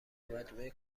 مجموعه